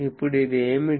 ఇప్పుడు ఇది ఏమిటి